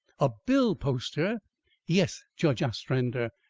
a bill-poster? yes, judge ostrander.